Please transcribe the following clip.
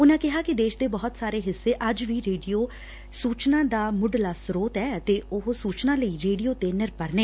ਉਨਾਂ ਕਿਹਾ ਕਿ ਦੇਸ਼ ਦੇ ਬਹੁਤ ਸਾਰੇ ਹਿੱਸੇ ਅੱਜ ਵੀ ਰੇਡੀਓ ਸੂਚਨਾ ਦਾ ਮੁੱਢਲਾ ਸਰੋਤ ਐ ਅਤੇ ਉਹ ਸੂਚਨਾ ਲਈ ਰੇਡੀਓ ਤੇ ਨਿਰਭਰ ਨੇ